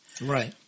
Right